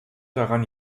daran